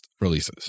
releases